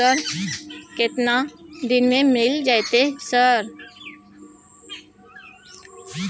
केतना दिन में मिल जयते सर?